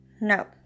no